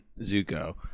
Zuko